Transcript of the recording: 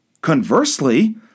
conversely